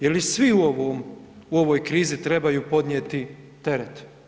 Je li svi u ovoj krizi trebaju podnijeti teret?